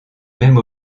même